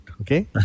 Okay